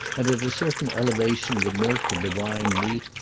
and at a certain elevation the milk and the wine meet,